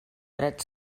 dret